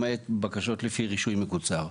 למעט בקשות לפי רישוי מקוצר.